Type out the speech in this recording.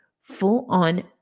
full-on